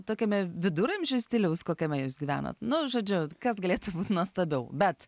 tokiame viduramžių stiliaus kokiame jūs gyvenat nu žodžiu kas galėtų būt nuostabiau bet